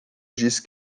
disse